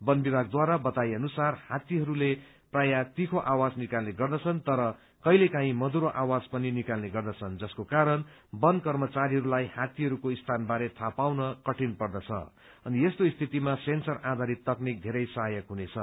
वन विभागद्वारा बताइए अनुसार हात्तीहरूको तीखो आवाज सुन्र सकिनेछ तर हात्तीहरूले कहिले काही मधुरो आवाज पनि निकाल्ने गर्दछन् जसको कारण वन कर्मचारीहरूलाई हात्तीहरूको स्थान बारे थाहा पाउन कठीन पर्दछ अनि यस्तो स्थितिमा सेन्सर आधारित तकनिक धेरै सहायक हुनेछ